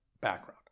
background